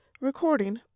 Recording